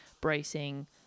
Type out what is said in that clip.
bracing